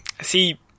see